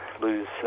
lose